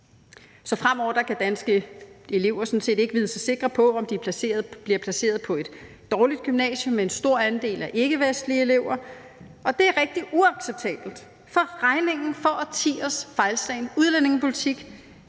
Så fremover kan danske elever sådan set ikke vide sig sikker på, om de bliver placeret på et dårligt gymnasium med en stor andel af ikkevestlige elever, og det er rigtig uacceptabelt, for regningen for årtiers fejlslagen udlændingepolitik